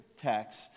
text